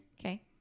Okay